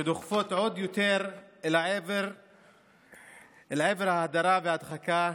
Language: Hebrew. שדוחפות עוד יותר אל עבר ההדרה וההדחקה".